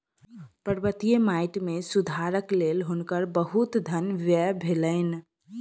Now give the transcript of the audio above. पर्वतीय माइट मे सुधारक लेल हुनकर बहुत धन व्यय भेलैन